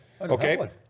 okay